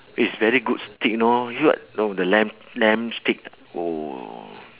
is very good steak you know you eat what oh the lamb lamb steak oh